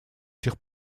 этих